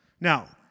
Now